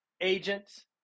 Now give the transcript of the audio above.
agents